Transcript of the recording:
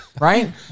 Right